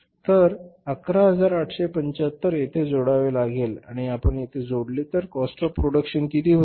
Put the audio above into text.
तर 11875 आम्हाला येथे जोडावे लागेल आणि आपण येथे जोडले तर काॅस्ट ऑफ प्रोडक्शन किती होईल